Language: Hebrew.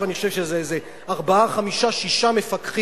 עכשיו אני חושב שזה ארבעה או חמישה, שישה מפקחים.